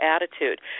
attitude